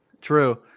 True